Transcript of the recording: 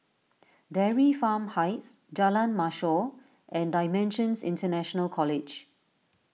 Dairy Farm Heights Jalan Mashor and Dimensions International College